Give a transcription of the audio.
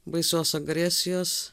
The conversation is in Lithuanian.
baisios agresijos